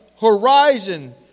horizon